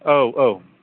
औ औ